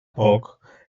poc